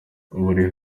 buriya